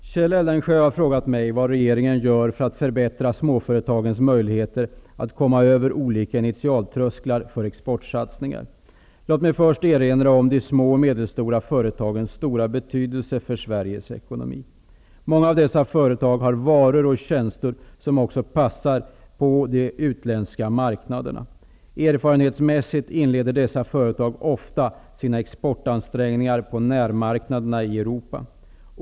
Herr talman! Kjell Eldensjö har frågat mig vad regeringen gör för att förbättra småföretagens möjlighet att komma över olika ''initialtrösklar'' för exportsatsningar. Låt mig först erinra om de små och medelstora företagens stora betydelse för Sveriges ekonomi. Många av dessa företag har varor och tjänster som också passar på de utländska marknaderna. Erfarenhetsmässigt inleder dessa företag ofta sina exportansträngningar på närmarknaderna i Europa.